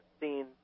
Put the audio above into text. seen